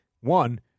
One